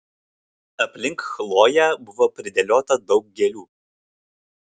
aplink chloję buvo pridėliota daug gėlių